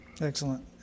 Excellent